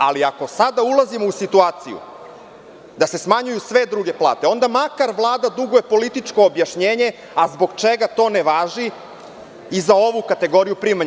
Ali, ako sada ulazimo u situaciju da se smanjuju sve druge plate onda makar Vlada duguje političko objašnjenje – zbog čega to ne važi i za ovu kategoriju primanja?